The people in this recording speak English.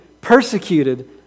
persecuted